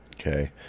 Okay